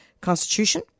Constitution